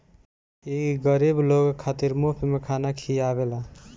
ई गरीब लोग खातिर मुफ्त में खाना खिआवेला